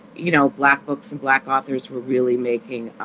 you know, black books and black authors were really making